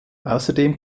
außerdem